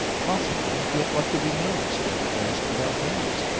possibly. yet what do we know, strether asked, about hers?